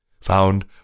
found